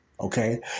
Okay